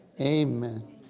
Amen